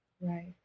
Right